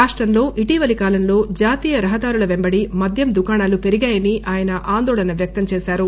రాష్టంలో ఇటీవలి కాలంలో జాతీయ రహదారుల వెంబడ మద్యం దుకాణాలు పెరిగాయని ఆయన ఆందోళన వ్యక్తంచేశారు